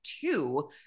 two